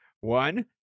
One